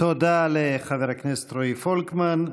תודה לחבר הכנסת רועי פולקמן.